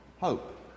Hope